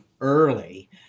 early